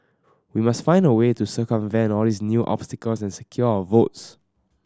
we must find a way to circumvent all these new obstacles and secure our votes